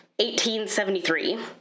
1873